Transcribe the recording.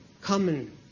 common